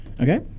Okay